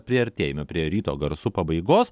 priartėjame prie ryto garsų pabaigos